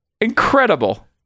Incredible